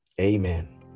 Amen